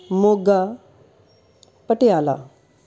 Moga Patiala